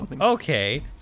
okay